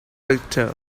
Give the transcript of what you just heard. victor